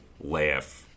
laugh